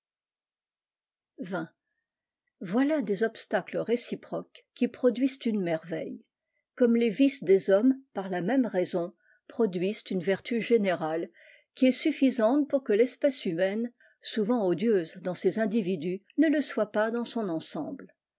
voilà des obstacles réciproques qui produisent une merveille comme les vices des hommes par la même raison produisent une vertu générale qui est suffisante pour que l'espèce humaine souvent odieuse dans ses individus ne le soit pas dans son ensemble